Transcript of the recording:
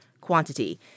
quantity